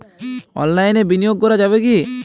অনলাইনে বিনিয়োগ করা যাবে কি?